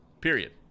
period